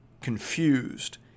confused